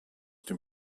dem